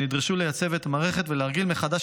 שנדרשו לייצב את המערכת ולארגן מחדש